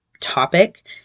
topic